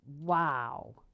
Wow